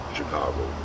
Chicago